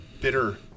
bitter